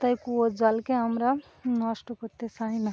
তাই কুয়োর জলকে আমরা নষ্ট করতে চাই না